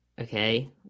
Okay